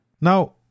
Now